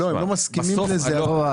לא, שמענו אותם כבר.